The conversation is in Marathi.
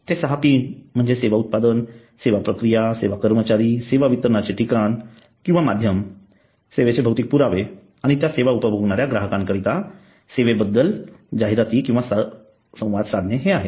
ते सहा पी म्हणजे सेवा उत्पादन सेवा प्रक्रिया सेवा कर्मचारी सेवा वितरणाचे ठिकाण किंवा माध्यम सेवेचे भौतिक पुरावे आणि त्या सेवा उपभोगणाऱ्या ग्राहकांनाकरीता सेवेबद्दल जाहिराती किंवा संवाद साधने हे आहेत